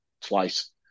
twice